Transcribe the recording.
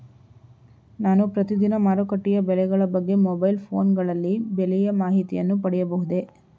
ನಾನು ಪ್ರತಿದಿನ ಮಾರುಕಟ್ಟೆಯ ಬೆಲೆಗಳ ಬಗ್ಗೆ ಮೊಬೈಲ್ ಫೋನ್ ಗಳಲ್ಲಿ ಬೆಲೆಯ ಮಾಹಿತಿಯನ್ನು ಪಡೆಯಬಹುದೇ?